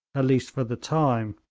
at least for the time.